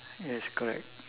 yes correct